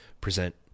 present